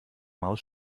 maus